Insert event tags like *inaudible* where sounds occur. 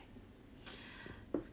*breath*